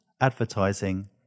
advertising